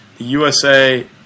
USA